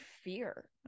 fear